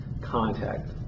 contact